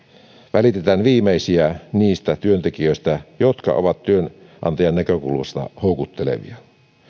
välitetään viimeisiä niistä työntekijöistä jotka ovat työnantajan näkökulmasta houkuttelevia